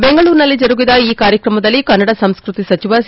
ಬೆಂಗಳೂರಿನಲ್ಲಿ ಜರುಗಿದ ಈ ಕಾರ್ಯಕ್ರಮದಲ್ಲಿ ಕನ್ನಡ ಸಂಸ್ಕೃತಿ ಸಚಿವ ಸಿ